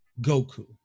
Goku